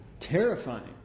Terrifying